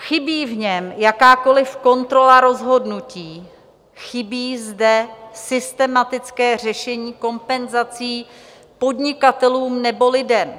Chybí v něm jakákoliv kontrola rozhodnutí, chybí zde systematické řešení kompenzací podnikatelům nebo lidem.